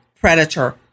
predator